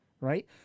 right